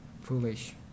foolish